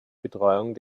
betreuung